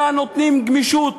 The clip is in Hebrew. אלא נותנים גמישות